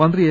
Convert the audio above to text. മന്ത്രി എ